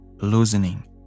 loosening